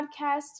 Podcast